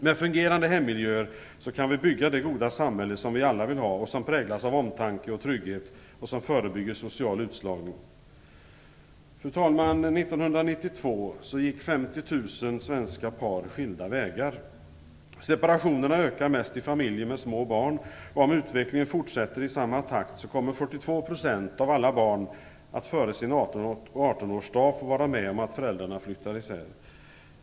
Med fungerande hemmiljöer kan vi bygga det goda samhälle vi alla vill ha och som präglas av omtanke och trygghet och förebygger social utslagning. Fru talman! 1992 gick 50 000 svenska par skilda vägar. Separationerna ökar mest i familjer med små barn. Om utvecklingen fortsätter i samma takt kommer 42 % av alla barn att före sin 18-årsdag få vara med om att föräldrarna flyttar isär.